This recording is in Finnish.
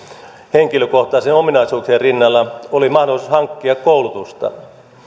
henkilökohtaisten ominaisuuksien rinnalla oli mahdollisuus hankkia koulutusta